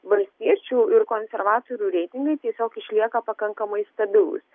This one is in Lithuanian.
valstiečių ir konservatorių reitingai tiesiog išlieka pakankamai stabilūs